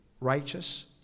righteous